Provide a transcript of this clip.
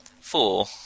Four